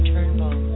Turnbull